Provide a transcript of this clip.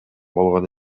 болгон